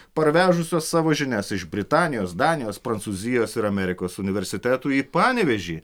parvežusios savo žinias iš britanijos danijos prancūzijos ir amerikos universitetų į panevėžį